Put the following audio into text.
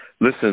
Listen